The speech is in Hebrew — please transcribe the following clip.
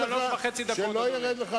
חבר הכנסת אורון, תעזור לי.